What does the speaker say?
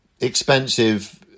expensive